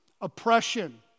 oppression